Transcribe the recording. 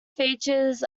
features